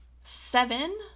seven